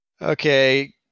Okay